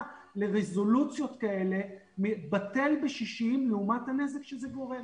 לרזולוציות כאלה בטל בשישים לעומת הנזק שזה גורם.